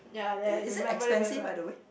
is that expensive by the way